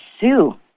sue